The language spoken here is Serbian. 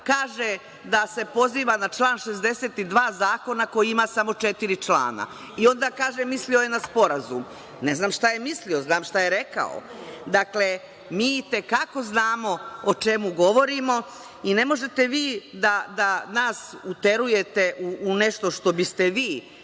kaže da se poziva na član 62. Zakona koji ima samo četiri člana, i onda kaže mislio je na sporazum. Ne znam šta je mislio, znam šta je rekao. Dakle, mi i te kako znamo o čemu govorimo i ne možete vi da nas uterujete u nešto što biste vi